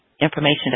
information